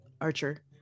Archer